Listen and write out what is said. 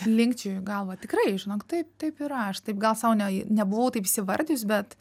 linkčioju galvą tikrai žinok taip taip yra aš taip gal sau ne nebuvau taip įsivardijus bet